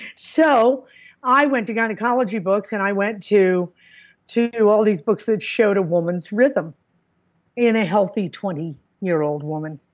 so i went to gynecology books, and i went to to all these books that showed a woman's rhythm in a healthy twenty year old woman.